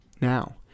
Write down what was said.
Now